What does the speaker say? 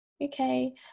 okay